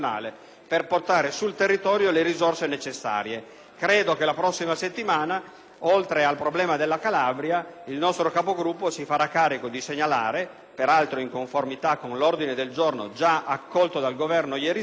oltre al problema della Calabria, il nostro Capogruppo si farà carico di segnalare, peraltro in conformità con l'ordine del giorno già accolto ieri sera dal Governo, le questioni relative all'argomento di cui stiamo parlando.